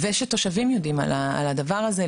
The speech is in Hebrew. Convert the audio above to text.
וכן שתושביו יודעים על הדבר הזה,